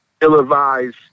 ill-advised